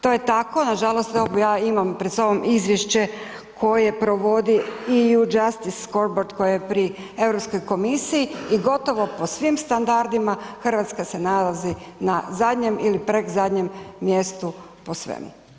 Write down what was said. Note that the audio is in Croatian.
To je tako, nažalost evo ja imam pred sobom izvješće koje provodi EU Justice … koje pri Europskoj komisiji i gotovo po svim standardima Hrvatska se nalazi na zadnjem ili predzadnjem mjestu po svemu.